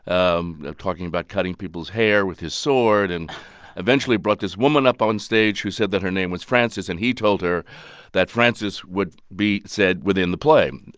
um talking about cutting people's hair with his sword and eventually brought this woman up onstage who said that her name was frances. and he told her that frances would be said within the play.